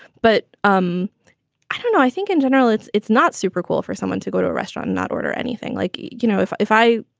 but um i don't know. i think in general, it's it's not super cool for someone to go to a restaurant, not order anything. like you know, if if i.